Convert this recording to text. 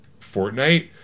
Fortnite